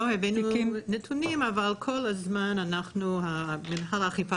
לא הבאנו נתונים אבל כל הזמן מינהל האכיפה